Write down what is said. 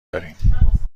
داریم